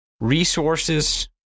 resources